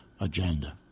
agenda